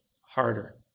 harder